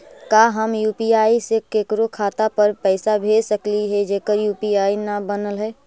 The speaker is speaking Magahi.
का हम यु.पी.आई से केकरो खाता पर पैसा भेज सकली हे जेकर यु.पी.आई न बनल है?